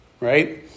right